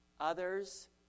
others